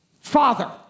Father